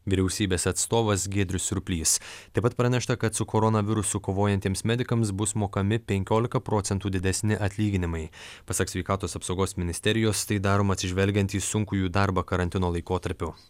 vyriausybės atstovas giedrius surplys taip pat pranešta kad su koronavirusu kovojantiems medikams bus mokami penkiolika procentų didesni atlyginimai pasak sveikatos apsaugos ministerijos tai daroma atsižvelgiant į sunkų jų darbą karantino laikotarpiu